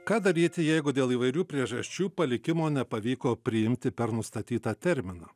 ką daryti jeigu dėl įvairių priežasčių palikimo nepavyko priimti per nustatytą terminą